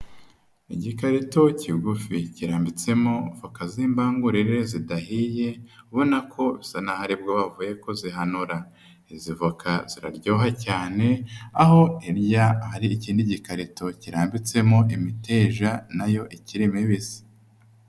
Igikarito kigufi kirambitsemo voka z'mbangurire zidahiye, ubona ko zisa naho bavuye kuzihanura. Izi ziraryoha cyane, aho iriya hari ikindi gikarito kirambitsemo imiteja nayo ikiri mibisi.